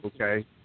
okay